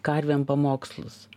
karvėm pamokslus